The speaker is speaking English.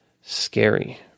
scary